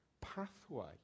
pathway